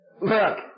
look